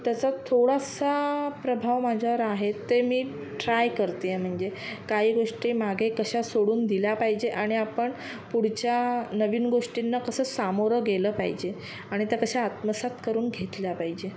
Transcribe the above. त्याचा थोडासा प्रभाव माझ्यावर आहे ते मी ट्राय करत आहे म्हणजे काही गोष्टी मागे कशा सोडून दिल्या पाहिजे आणि आपण पुढच्या नवीन गोष्टींना कसं सामोरं गेलं पाहिजे आणि त्या कशा आत्मसात करून घेतल्या पाहिजे